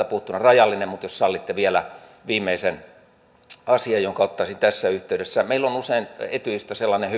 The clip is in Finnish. puhuttuna rajallinen mutta jos sallitte vielä viimeisen asian jonka ottaisin tässä yhteydessä esiin meillä on on ehkä joillakin etyjistä usein sellainen